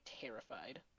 terrified